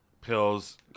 pills